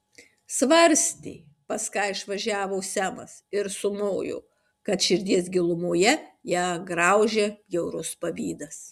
svarstė pas ką išvažiavo semas ir sumojo kad širdies gilumoje ją graužia bjaurus pavydas